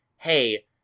hey